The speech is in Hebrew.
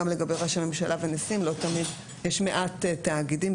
גם לגבי ראשי ממשלה ונשיאים יש מעט תאגידים,